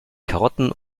karotten